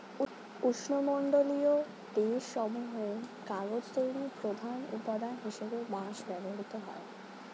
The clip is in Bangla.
উষ্ণমণ্ডলীয় দেশ সমূহে কাগজ তৈরির প্রধান উপাদান হিসেবে বাঁশ ব্যবহৃত হয়